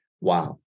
wow